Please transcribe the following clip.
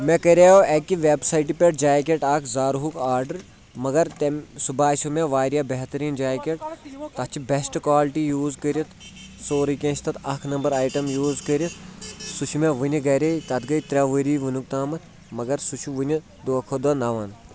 مےٚ کَریو اَکہِ وٮ۪ب سایٹہِ پٮ۪ٹھ جاکٮ۪ٹ اَکھ زارُہُک آرڈَر مگر تمہِ سُہ باسیٚو مےٚ واریاہ بہتریٖن جاکٮ۪ٹ تَتھ چھِ بیسٹ کالٹی یوٗز کٔرِتھ سورُے کینٛہہ چھِ تَتھ اَکھ نمبر آیٹَم یوٗز کٔرِتھ سُہ چھُ مےٚ وٕنہِ گَرے تَتھ گٔے ترٛےٚ ؤری وٕنُک تامَتھ مگر سُہ چھُ وٕنہِ دۄہ کھۄتہٕ دۄہ نَوان